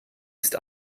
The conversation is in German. ist